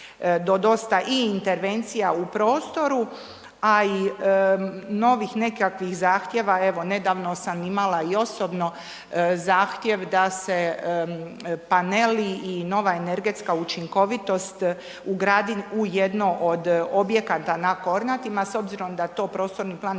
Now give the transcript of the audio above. do dosta i intervencija u prostoru, a i novih nekakvih zahtjeva, evo, nedavno sam imala i osobno zahtjev da se paneli i nova energetska učinkovitost ugradi u jedno od objekata na Kornatima s obzirom da to prostorni plan iz